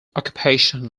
occupation